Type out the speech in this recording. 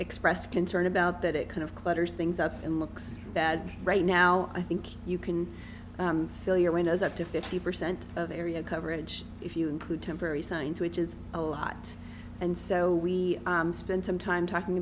expressed concern about that it kind of clutters things up and looks bad right now i think you can feel your windows up to fifty percent of area coverage if you include temporary signs which is a lot and so we spent some time talking